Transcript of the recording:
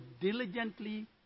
diligently